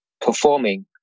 performing